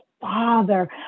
father